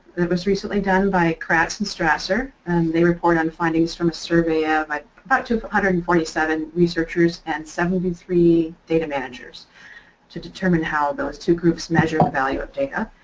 that was recently done by kratz and strasser and they report on findings from a survey of um about two hundred and forty seven researchers and seventy three data managers to determine how those two groups measure value of data.